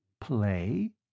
Play